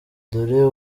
dore